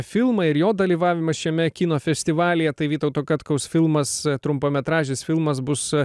filmai ir jo dalyvavimas šiame kino festivalyje tai vytauto katkaus filmas trumpametražis filmas bus